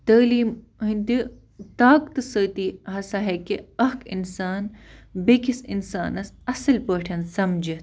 تعلیٖم ہٕنٛدِ طاقتہٕ سۭتی ہسا ہٮ۪کہِ اَکھ اِنسان بیٚیِس اِنسانَس اَصٕل پٲٹھۍ سَمجِتھ